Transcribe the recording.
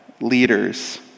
leaders